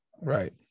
Right